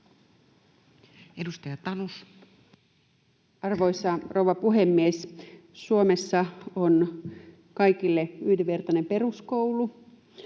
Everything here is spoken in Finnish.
Content: Arvoisa rouva puhemies! Suomessa on kaikille yhdenvertainen peruskoulu.